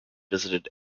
visited